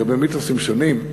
מיתוסים שונים,